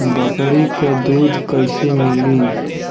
बकरी क दूध कईसे मिली?